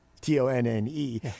T-O-N-N-E